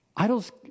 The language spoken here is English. Idols